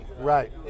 right